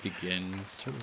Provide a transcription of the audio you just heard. begins